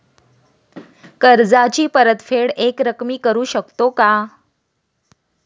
कर्जाची परतफेड एकरकमी करू शकतो का?